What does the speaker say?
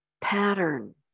pattern